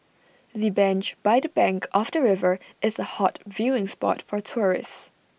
the bench by the bank of the river is A hot viewing spot for tourists